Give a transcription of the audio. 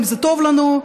אם זה טוב לנו,